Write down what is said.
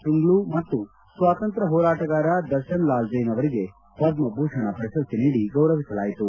ಶೃಂಗ್ಲೂ ಮತ್ತು ಸ್ವಾತಂತ್ರ್ಯ ಹೋರಾಟಗಾರ ದರ್ಶನ್ ಲಾಲ್ ಜೈನ್ ಅವರಿಗೆ ಪದ್ಮಭೂಷಣ ಪ್ರಶಸ್ತಿ ನೀಡಿ ಗೌರವಿಸಲಾಯಿತು